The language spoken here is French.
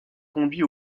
conduit